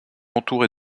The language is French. entourée